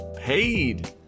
Paid